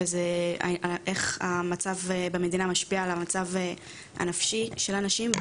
ואיך המצב במדינה משפיע על המצב הנפשי של אנשים.